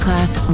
Class